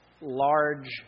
large